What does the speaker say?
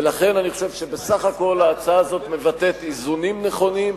ולכן אני חושב שבסך הכול ההצעה הזאת מבטאת איזונים נכונים,